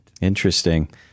Interesting